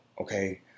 Okay